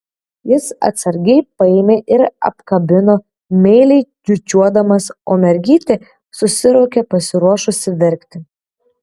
jis atsargiai paėmė ir apkabino meiliai čiūčiuodamas o mergytė susiraukė pasiruošusi verkti